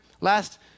last